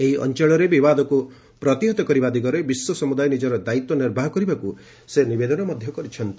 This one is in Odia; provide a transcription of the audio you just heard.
ଏହି ଅଞ୍ଚଳରେ ବିବାଦକୁ ପ୍ରତିହତ କରିବା ଦିଗରେ ବିଶ୍ୱ ସମୁଦାୟ ନିଜର ଦାୟିତ୍ୱ ନିର୍ବାହ କରିବାକୁ ସେ ନିବେଦନ କରିଛନ୍ତି